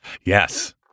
yes